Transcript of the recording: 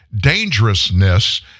dangerousness